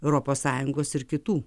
europos sąjungos ir kitų